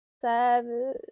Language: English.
seven